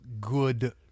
good